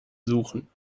suchen